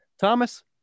Thomas